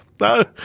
No